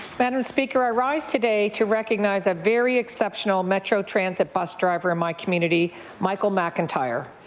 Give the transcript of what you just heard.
madam speaker i rise today to recognize a very exceptional metro transit bus driver in my community michael mcintyre.